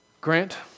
Grant